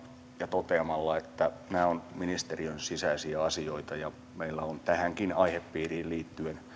toteamalla että nämä ovat ministeriön sisäisiä asioita ja meillä on tähänkin aihepiiriin liittyen